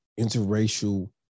interracial